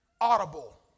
audible